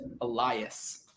Elias